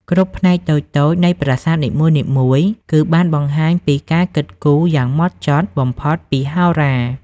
គ្រប់ផ្នែកតូចៗនៃប្រាសាទនីមួយៗគឺបានបង្ហាញពីការគិតគូរយ៉ាងហ្មត់ចត់បំផុតពីហោរា។